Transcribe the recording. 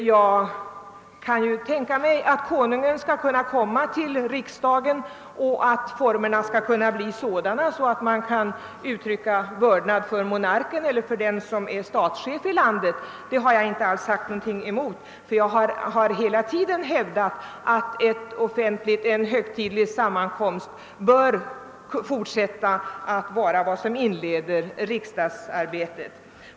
Jag kan tänka mig att Konungen skall kunna komma till riksdagen och att formerna skall bli sådana att man kan uttrycka vördnad för monarken eller för den som är statschef i landet — det har jag inte vänt mig emot. Jag har hela tiden hävdat att en högtidlig sammankomst även i fortsättningen bör inleda riksdagsarbetet.